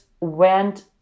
went